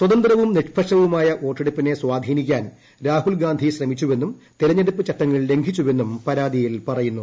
സ്വതന്ത്രവും നിഷ്പക്ഷവുമായ വോട്ടെടുപ്പിനെ സ്വാധീനിക്കാൻ രാഹുൽഗാന്ധി ശ്രമിച്ചുവെന്നും തെരഞ്ഞെടുപ്പ് ചട്ടങ്ങൾ ലംഘിച്ചുവെന്നും പരാതിയിൽ പറയുന്നു